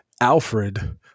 Alfred